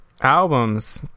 Albums